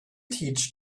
teach